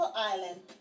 island